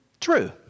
true